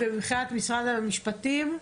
מבחינת משרד המשפטים?